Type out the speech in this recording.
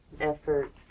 effort